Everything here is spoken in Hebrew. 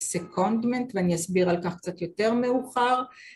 ‫סקונדמנט, ואני אסביר על כך ‫קצת יותר מאוחר.